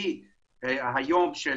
הוא היום של